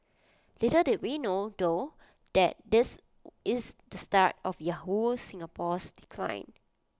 little did we know though that this is the start of Yahoo Singapore's decline